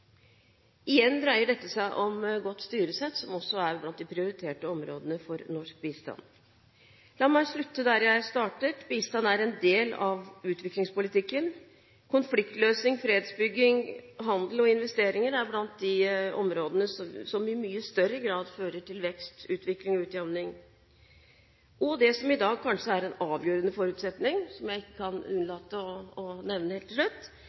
Igjen dreier dette seg om godt styresett, som også er blant de prioriterte områdene for norsk bistand. La meg slutte der jeg startet: Bistand er en del av utviklingspolitikken. Konfliktløsning, fredsbygging, handel og investeringer er blant de områdene som i mye større grad fører til vekst, utvikling og utjamning – og til det som i dag kanskje er en avgjørende forutsetning, som jeg ikke kan unnlate å nevne helt til slutt,